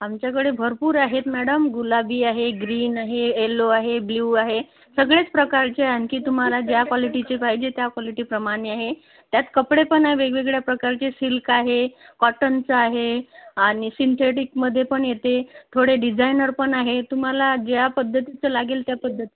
आमच्याकडे भरपूर आहेत मॅडम गुलाबी आहे ग्रीन आहे येल्लो आहे ब्लू आहे सगळ्याच प्रकारचे आहे आणखी तुम्हाला ज्या क्वालिटीचे पाहिजे त्या क्वालिटीप्रमाणे आहे त्यात कपडे पण आहे वेगवेगळ्या प्रकारचे सिल्क आहे कॉटनचं आहे आणि सिंथेटिकमध्ये पण येते थोडे डिसायनर पण आहे तुम्हाला ज्या पद्धतीचं लागेल त्या पध्दतीचं